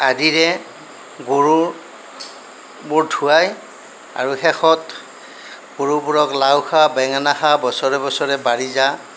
আদিৰে গৰুবোৰ ধোৱাই আৰু শেষত গৰুবোৰক লাও খা বেঙেনা খা বছৰে বছৰে বাঢ়ি যা